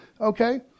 Okay